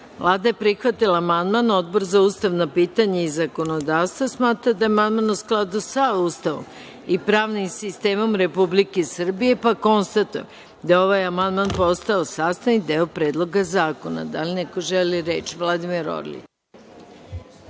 je prihvatila amandman, a Odbor za ustavna pitanja i zakonodavstvo smatra da je amandman u skladu sa Ustavom i pravnim sistemom Republike Srbije. Konstatujem da je ovaj amandman postao sastavni deo Predloga zakona. Da li neko želi reč? Reč ima narodni